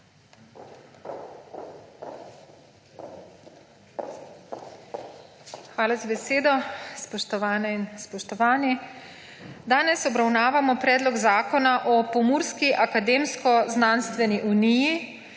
Hvala za besedo. Spoštovane, spoštovani! Danes obravnavamo Predlog zakona o Pomurski akademsko-znanstveni uniji,